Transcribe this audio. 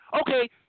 okay